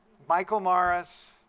michael morris,